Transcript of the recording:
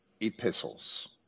epistles